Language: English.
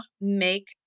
make